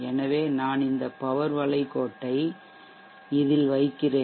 எனவே நான் இந்த பவர் வளைகோட்டை இதில் வைக்கிறேன்